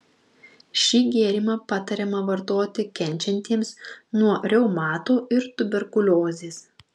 šį gėrimą patariama vartoti kenčiantiesiems nuo reumato ir tuberkuliozės